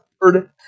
Word